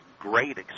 great